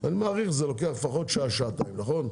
אני מעריך שזה לוקח לפחות שעה, שעתיים, נכון?